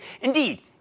Indeed